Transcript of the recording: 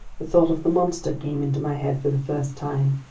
the thought of the monster came into my head for the first time!